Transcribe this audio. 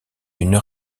une